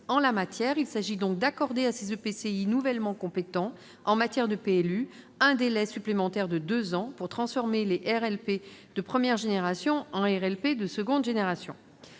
En la matière, il s'agit donc d'accorder à ces EPCI nouvellement compétents en matière de PLU un délai supplémentaire de deux ans pour transformer les RLP de première génération en RLP de deuxième génération.